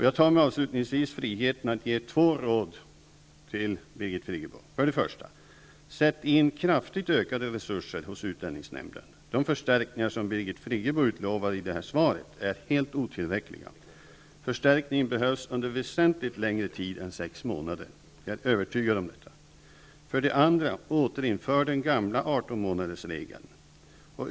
Avslutningsvis tar jag mig friheten att ge Birgit Friggebo två råd. Sätt för det första in kraftigt ökade resurser hos utlänningsnämnden. De förstärkningar som Birgit Friggebo utlovade i svaret är helt otillräckliga. Förstärkningen behövs under väsentligt längre tid än sex månader. Det är jag övertygad om. För det andra. Återinför den gamla artonmånadersregeln.